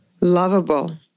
lovable